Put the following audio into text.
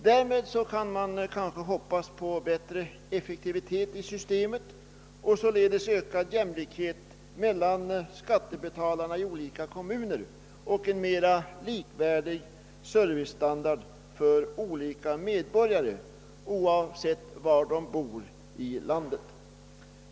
Därmed kan man kanske hoppas på större effektivitet i systemet och således ökad jämlikhet mellan skattebetalarna i olika kommuner och en mera likvärdig servicestandard för olika medborgare oavsett var de bor i landet.